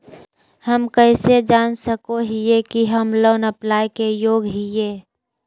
हम कइसे जान सको हियै कि हम लोन अप्लाई के योग्य हियै?